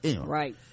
right